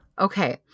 Okay